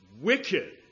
wicked